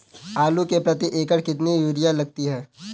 आलू में प्रति एकण कितनी यूरिया लगती है?